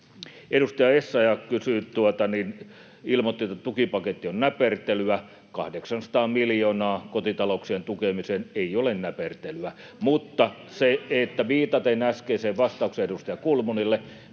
Edustaja Essayah ilmoitti, että tukipaketti on näpertelyä. 800 miljoonaa kotitalouksien tukemiseen ei ole näpertelyä. [Sari Essayahin välihuuto] Mutta — viitaten äskeiseen vastaukseen edustaja Kulmunille